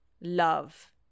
love